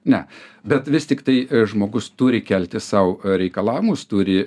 ne bet vis tiktai žmogus turi kelti sau reikalavimus turi